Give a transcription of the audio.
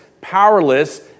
powerless